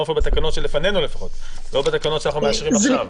הן לא מופיעות בתקנות שלפנינו ושאנחנו מאשרים עכשיו.